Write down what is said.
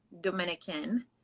dominican